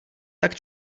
tak